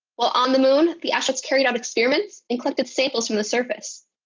while on the moon, the astronauts carried out experiments and collected samples from the surface.